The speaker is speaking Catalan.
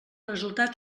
resultat